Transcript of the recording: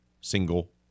single